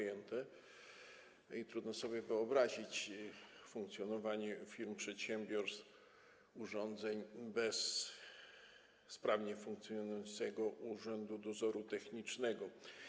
I trudno sobie wyobrazić funkcjonowanie firm, przedsiębiorstw, urządzeń bez sprawnie funkcjonującego Urzędu Dozoru Technicznego.